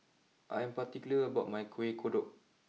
I am particular about my Kuih Kodok